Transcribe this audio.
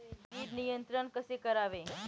कीड नियंत्रण कसे करावे?